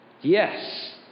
Yes